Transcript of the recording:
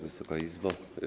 Wysoka Izbo!